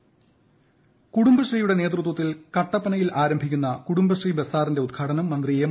കുടുംബശ്രീ കുടുംബശ്രീയുടെ നേതൃത്വത്തിൽ കട്ടപ്പനയിൽ ആരംഭിക്കുന്ന കുടുംബശ്രീ ബസാറിന്റെ ഉദ്ഘാടനം മന്ത്രി എം